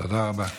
תודה רבה.